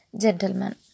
gentlemen